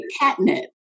catnip